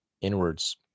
inwards